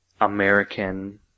american